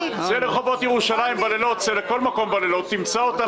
צא לרחובות ירושלים ולכל מקום אחר בלילות ותמצא אותם.